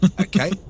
okay